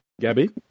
Gabby